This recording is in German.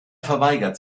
verweigert